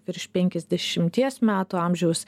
virš penkiasdešimties metų amžiaus